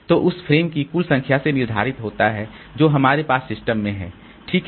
तो यह उस फ्रेम की कुल संख्या से निर्धारित होता है जो हमारे पास सिस्टम में है ठीक है